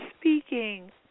speaking